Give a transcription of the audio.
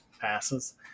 passes